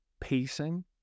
pacing